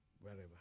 wherever